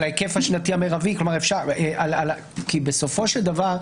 כי בסופו של דבר,